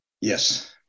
Yes